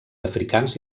africans